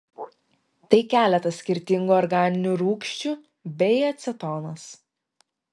tai keletas skirtingų organinių rūgščių bei acetonas